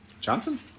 Johnson